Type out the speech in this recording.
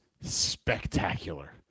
spectacular